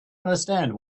understand